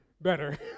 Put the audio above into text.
better